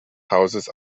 hauses